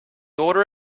order